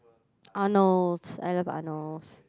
Arnold's I love Arnold's